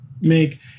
make